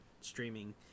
streaming